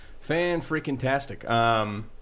Fan-freaking-tastic